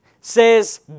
says